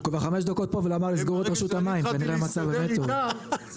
כשאני החלטתי להסתדר איתם,